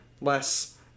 less